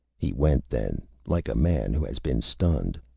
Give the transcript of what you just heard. he went then, like a man who has been stunned.